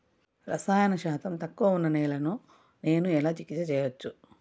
రసాయన శాతం తక్కువ ఉన్న నేలను నేను ఎలా చికిత్స చేయచ్చు?